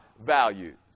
values